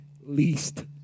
least